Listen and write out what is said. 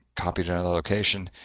copy to another location,